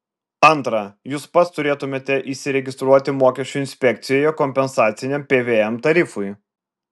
antra jūs pats turėtumėte įsiregistruoti mokesčių inspekcijoje kompensaciniam pvm tarifui